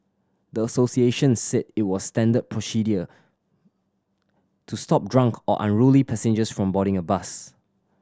the associations said it was standard procedure to stop drunk or unruly passengers from boarding a bus